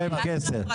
הנחות זה לא חוות דעת.